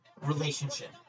relationship